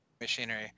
machinery